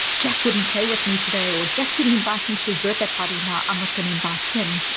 jack wouldn't play with me today, or jack didn't invite me to his birthday party now i'm not going to invite him.